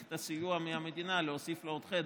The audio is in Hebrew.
את הסיוע מהמדינה להוסיף לו עוד חדר.